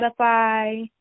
Spotify